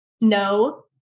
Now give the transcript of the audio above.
No